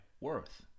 worth